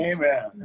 Amen